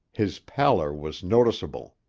his pallor was noticeable.